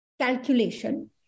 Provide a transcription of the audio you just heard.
calculation